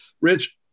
Rich